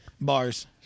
bars